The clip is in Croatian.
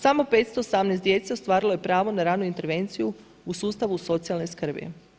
Samo 518 djece ostvarilo je pravo na ranu intervenciju u sustavu socijalne skrbi.